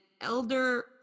elder